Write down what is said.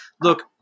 look